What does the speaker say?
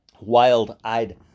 wild-eyed